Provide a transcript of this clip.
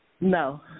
No